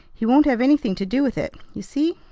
he won't have anything to do with it. you see!